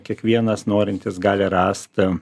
kiekvienas norintis gali rast